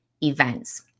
events